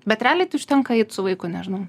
bet realiai tai užtenka ait su vaiku nežinau